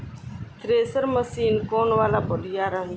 Thresher machine कौन वाला बढ़िया रही?